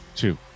Two